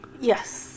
Yes